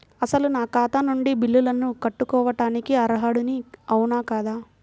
అసలు నా ఖాతా నుండి బిల్లులను కట్టుకోవటానికి అర్హుడని అవునా కాదా?